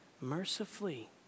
mercifully